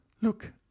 Look